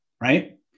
Right